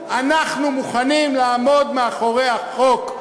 אנחנו מוכנים לעמוד מאחורי החוק,